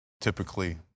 Typically